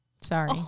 sorry